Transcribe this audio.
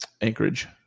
anchorage